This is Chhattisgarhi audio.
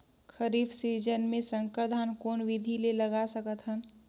खरीफ सीजन मे संकर धान कोन विधि ले लगा सकथन?